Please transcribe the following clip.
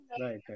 right